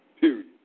period